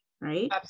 right